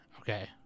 Okay